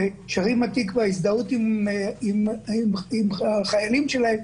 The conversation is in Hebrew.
ששרים את התקווה מתוך הזדהות עם החיילים שלהם,